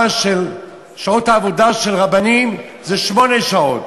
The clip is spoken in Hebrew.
שעות העבודה של רבנים הן שמונה שעות,